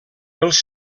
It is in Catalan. els